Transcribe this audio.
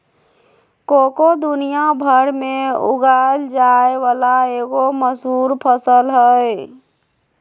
cocoa दुनिया भर में उगाल जाय वला एगो मशहूर फसल हइ